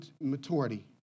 maturity